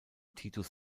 titus